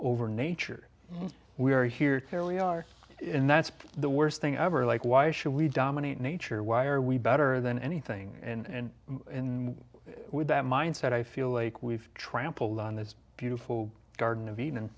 over nature we are here to there we are and that's the worst thing ever like why should we dominate nature why are we better than anything and with that mindset i feel like we've trampled on this beautiful garden of eden